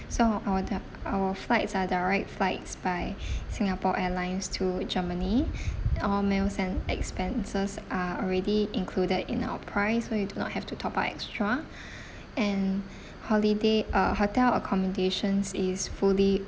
so our di~ our flights are direct flights by singapore airlines to germany all meals and expenses are already included in our price so you do not have to top up extra and holiday uh hotel accommodations is fully